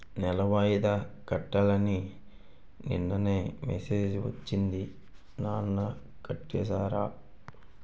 నెల వాయిదా కట్టాలని నిన్ననే మెసేజ్ ఒచ్చింది నాన్న కట్టేసారా?